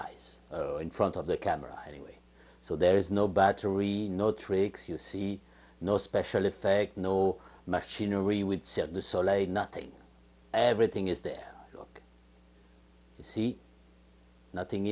eyes in front of the camera anyway so there is no battery no tricks you see no special effect no machinery with nothing everything is there you see nothing